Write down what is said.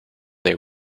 they